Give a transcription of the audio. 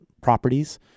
properties